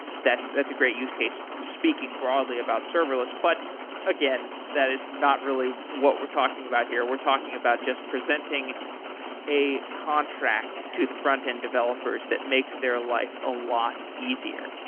that's that's a great use case speaking about serverless. but again, that is not really what we're talking about here. we're talking about just presenting a contract to the frontend developers that makes their life a lot easier.